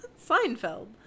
Seinfeld